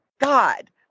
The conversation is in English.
God